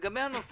לגבי נושא